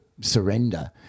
surrender